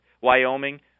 Wyoming